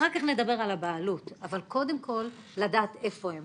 אחר כך נדבר על הבעלות, אבל קודם כל לדעת איפה הם.